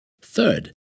Third